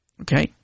Okay